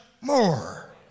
more